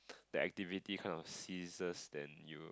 the activity kinds of ceases then you